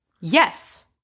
yes